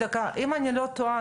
אם אני לא טועה,